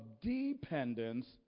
dependence